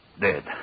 Dead